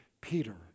Peter